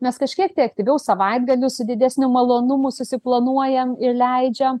mes kažkiek aktyviau savaitgalius su didesniu malonumu susiplanuojam ir leidžiam